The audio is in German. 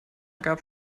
gab